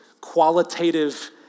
qualitative